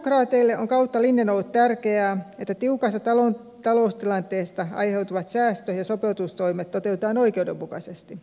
sosialidemokraateille on kautta linjan ollut tärkeää että tiukasta taloustilanteesta aiheutuvat säästö ja sopeutustoimet toteutetaan oikeudenmukaisesti